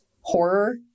horror